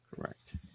Correct